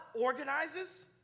organizes